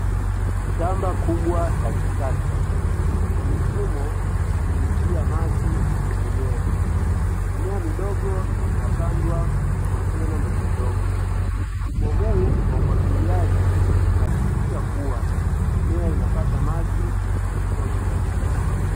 Shamba kubwa la kisasa lina mifumo ya kunyunyizia maji kwenye mimea. Mimea midogo inapandwa kwenye kontena ndogondogo. Mfumo huu wa umwagiliaji unahakikisha kuwa mimea inapata maji ya kutosha.